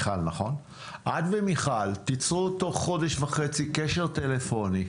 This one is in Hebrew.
את ומיכל תיצרו תוך חודש וחצי קשר טלפוני.